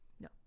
No